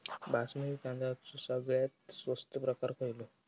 बासमती तांदळाचो सगळ्यात स्वस्त प्रकार खयलो?